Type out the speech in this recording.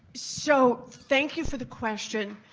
so thank you for the question.